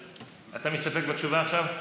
אתה מסתפק בתשובה עכשיו?